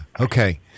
Okay